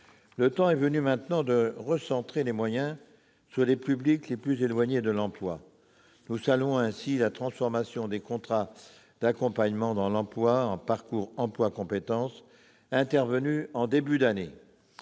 Le temps est venu de recentrer les moyens sur les publics les plus éloignés de l'emploi. Nous saluons ainsi la transformation des contrats d'accompagnement dans l'emploi en parcours emploi compétences, intervenue en début d'année.